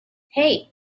hey